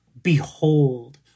Behold